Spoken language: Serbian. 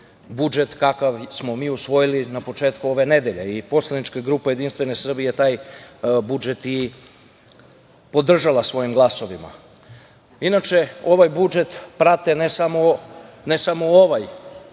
budžet kakav smo mi usvojili na početku ove nedelje. Poslanička grupa JS je taj budžet i podržala svojim glasovima. Inače, ovaj budžet prate ne samo ovaj